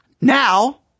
Now